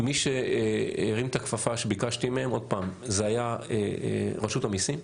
מי שהרים את הכפפה שביקשתי מהם זה היה רשות המיסים,